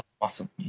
awesome